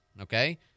okay